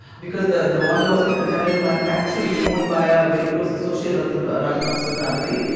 because the the water was being contaminated by a factory owned by a very close associate of the but rajapaksa family.